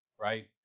right